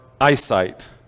eyesight